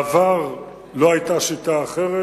בעבר לא היתה שיטה אחרת.